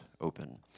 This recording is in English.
open